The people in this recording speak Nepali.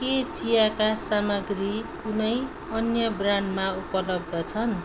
के चियाका सामग्री कुनै अन्य ब्रान्डमा उपलब्ध छन्